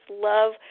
love